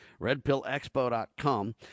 Redpillexpo.com